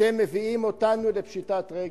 אתם מביאים אותנו לפשיטת רגל.